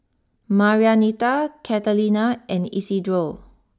Marianita Catalina and Isidro